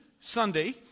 Sunday